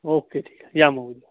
okay ठीक आहे या मग उद्या